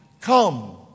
Come